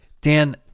Dan